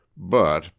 But